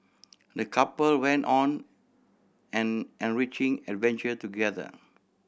the couple went on an enriching adventure together